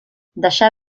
deixà